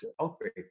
outbreak